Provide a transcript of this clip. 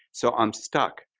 so i'm stuck